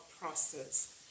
process